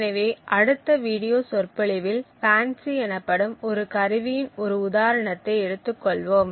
எனவே அடுத்த வீடியோ சொற்பொழிவில் FANCI எனப்படும் ஒரு கருவியின் ஒரு உதாரணத்தை எடுத்துக்கொள்வோம்